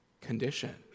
condition